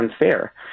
unfair